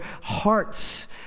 hearts